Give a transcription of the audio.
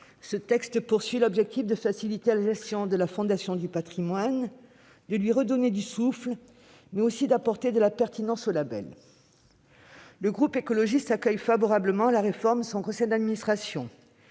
ce texte vise à faciliter la gestion de la Fondation du patrimoine, à lui redonner du souffle, mais aussi à apporter de la pertinence au label. Le groupe écologiste accueille favorablement la réforme de son conseil d'administration,